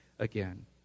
again